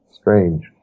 strange